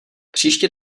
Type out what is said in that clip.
příště